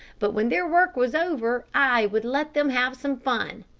but when their work was over, i would let them have some fun.